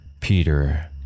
Peter